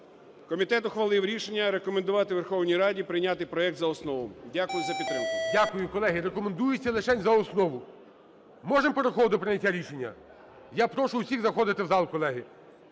Комітет ухвалив рішення рекомендувати Верховній Раді прийняти проект за основу. Дякую за підтримку. ГОЛОВУЮЧИЙ. Дякую. Колеги, рекомендується лишень за основу. Можемо переходити до прийняття рішення? Я прошу усіх заходити в зал, колеги.